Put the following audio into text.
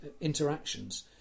interactions